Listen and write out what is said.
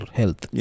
health